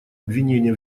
обвинения